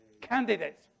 candidates